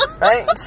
Right